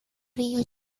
río